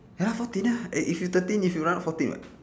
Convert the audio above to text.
ya fourteen ya eh if you thirteen you round up fourteen [what]